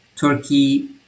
Turkey